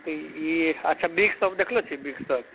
ई अच्छा big shop देखने छियै बिग शॉप